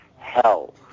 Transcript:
hell